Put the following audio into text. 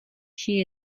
she